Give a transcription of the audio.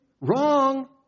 Wrong